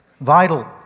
vital